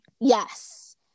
Yes